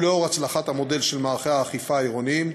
ונוכח הצלחת המודל של מערכי האכיפה העירוניים,